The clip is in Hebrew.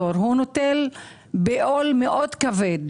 נושא בעול מאוד כבד